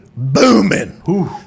Booming